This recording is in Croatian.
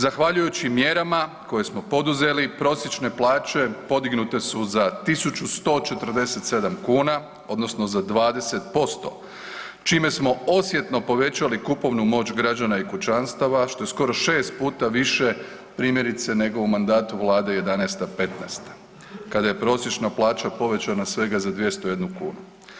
Zahvaljujući mjerama koje smo poduzeli prosječne plaće podignute su za 1.147 kuna odnosno za 20% čime smo osjetno povećali kupovnu moć građana i kućanstava što je skoro 6 puta više primjerice nego u mandatu vlade '11. – '15. kada je prosječna plaća povećana svega za 201 kunu.